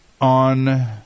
on